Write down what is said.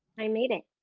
i made it. oh,